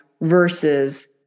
versus